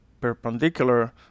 perpendicular